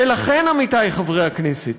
ולכן, עמיתי חברי הכנסת,